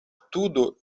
tudo